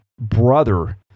brother